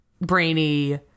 Brainy